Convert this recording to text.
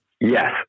Yes